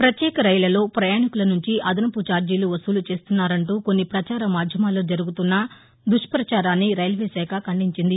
ప్రపత్యేక రైళ్లలో ప్రయాణికుల నుంచి అదనపు ఛార్షీలు వసూలు చేస్తున్నారంటూ కొన్ని ప్రచార మాధ్యమాల్లో జరుగుతున్న దుష్పచారాన్ని రైల్వేశాఖ ఖండించింది